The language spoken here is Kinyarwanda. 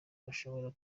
bashobora